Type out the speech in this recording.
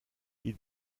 ils